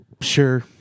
Sure